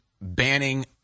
banning